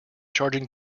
charging